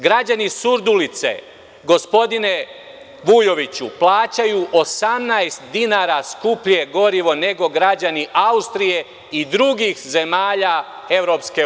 Građani Surdulice, gospodine Vujoviću plaćaju 18 dinara skuplje gorivo nego građani Austrije i drugih zemalja EU.